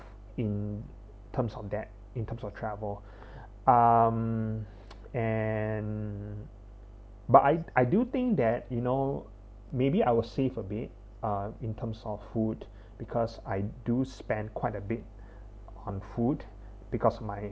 in terms of that in terms of travel um and but I I do think that you know maybe I will save a bit uh in terms of food because I do spend quite a bit on food because my